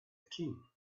king